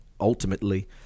ultimately